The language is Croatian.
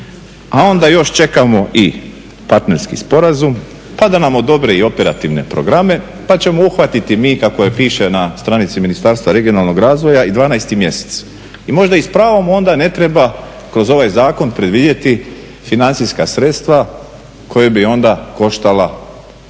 a onda još čekamo i partnerski sporazum pa da nam odobre i operativne programe pa ćemo uhvatiti mi kako piše na stranici Ministarstva regionalnog razvoja i 12.mjesec. i možda s pravom onda ne treba kroz ovaj zakon predvidjeti financijska sredstva koja bi onda koštala